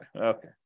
Okay